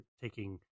taking